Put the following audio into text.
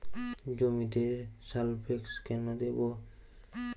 জমিতে সালফেক্স কেন দেবো?